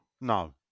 No